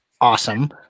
Awesome